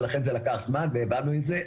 ולכן זה לקח זמן והבנו את זה.